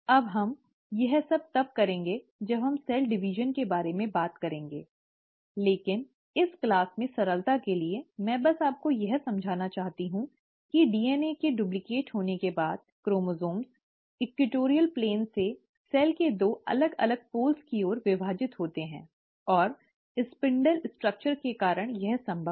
अब हम यह सब तब करेंगे जब हम कोशिका विभाजन के बारे में बात करेंगे लेकिन इस क्लास में सरलता के लिए मैं बस आपको यह समझना चाहती हूं कि डीएनए के डुप्लिकेट होने के बाद क्रोमोसोम इक्वेटोरियल प्लेन से कोशिका के दो अलग अलग ध्रुवों की ओर विभाजित होते हैं और स्पिंडल संरचना के कारण यह संभव है